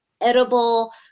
edible